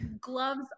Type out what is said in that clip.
gloves